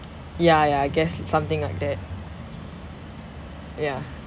ya ya I guess something like that yeah